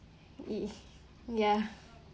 ya